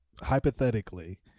hypothetically